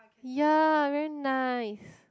ya very nice